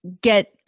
get